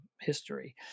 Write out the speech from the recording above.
history